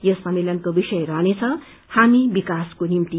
यस सम्मेलनको विषय रहनेछ हामी विकासको निम्ति